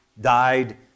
died